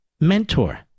mentor